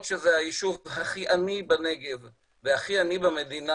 שזה היישוב הכי עני בנגב והכי עני במדינה,